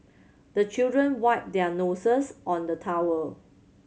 the children wipe their noses on the towel